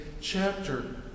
chapter